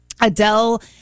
Adele